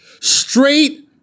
straight